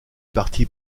parti